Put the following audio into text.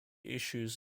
issues